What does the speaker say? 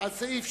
48